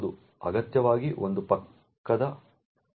ಅಗತ್ಯವಾಗಿ ಒಂದು ಪಕ್ಕದ ವಿಭಾಗ